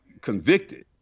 convicted